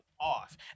off